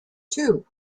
two